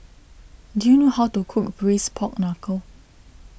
do you know how to cook Braised Pork Knuckle